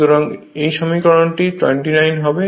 সুতরাং এই সমীকরণটি 29 হবে